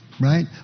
right